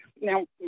Now